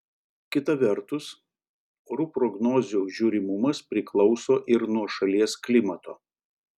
kita vertus orų prognozių žiūrimumas priklauso ir nuo šalies klimato